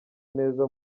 neza